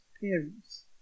parents